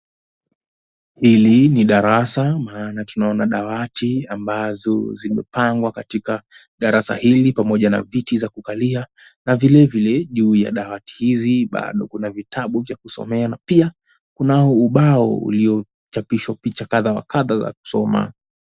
Hili ni darasa maana tunaona dawati ambazo zimepangwa katika darasa hili pamoja na viti za kukalia na vile vile juu ya dawati hizi bado kuna vitabu vya kusomea na pia kuna ubao uliochapishwa picha kadha wa kadha za kusoma.